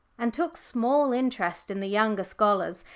and took small interest in the younger scholars,